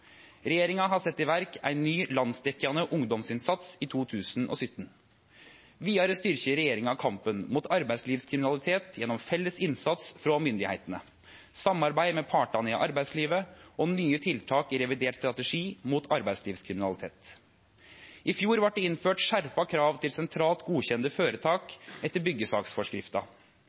Regjeringa har sett i verk ein ny landsdekkjande ungdomsinnsats i 2017. Vidare styrkjer regjeringa kampen mot arbeidslivskriminalitet gjennom felles innsats frå myndigheitene, samarbeid med partane i arbeidslivet og nye tiltak i revidert strategi mot arbeidslivskriminalitet. I fjor vart det innført skjerpa krav til sentralt godkjende føretak etter